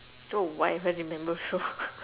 don't know why I even remember also